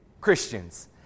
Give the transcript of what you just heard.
christians